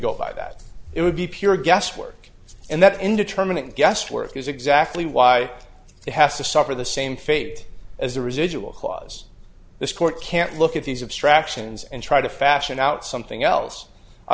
go by that it would be pure guesswork and that indeterminant guesswork is exactly why it has to suffer the same fate as the residual clause this court can't look at these abstractions and try to fashion out something else